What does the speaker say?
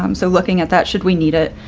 um so looking at that, should we need it